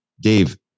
Dave